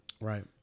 Right